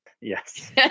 Yes